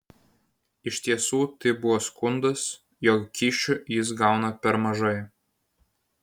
iš tiesų tai buvo skundas jog kyšių jis gauna per mažai